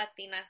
Latinas